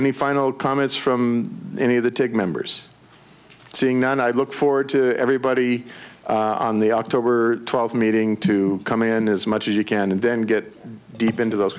any final comments from any of the take members seeing now and i look forward to everybody on the october twelfth meeting to come in as much as you can and then get deep into those